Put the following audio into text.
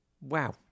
wow